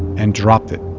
and dropped it.